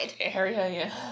area